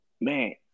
man